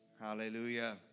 Hallelujah